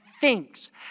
thinks